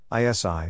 ISI